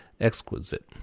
exquisite